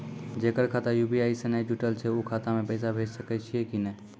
जेकर खाता यु.पी.आई से नैय जुटल छै उ खाता मे पैसा भेज सकै छियै कि नै?